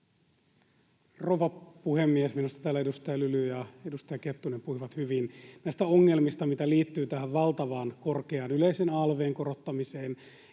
Rouva puhemies! Minusta täällä edustaja Lyly ja edustaja Kettunen puhuivat hyvin näistä ongelmista, mitä liittyy tähän valtavan korkeaan yleisen alv:n korottamiseen